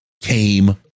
came